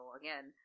again